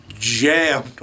Jammed